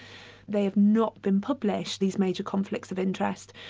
they have not been published, these major conflicts of interest,